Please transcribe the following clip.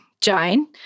Jane